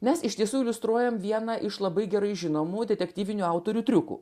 nes iš tiesų iliustruoja vieną iš labai gerai žinomų detektyvinių autorių triukų